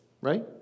right